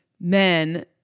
men